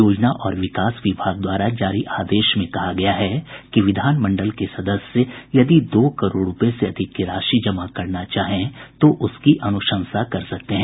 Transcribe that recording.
योजना और विकास विभाग द्वारा जारी आदेश में कहा गया है कि विधान मंडल के सदस्य यदि दो करोड़ रूपये से अधिक की राशि जमा करना चाहें तो उसकी अनुशंसा कर सकते हैं